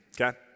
Okay